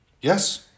Yes